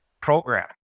program